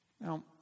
Now